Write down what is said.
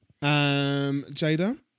jada